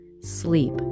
sleep